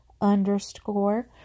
underscore